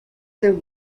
through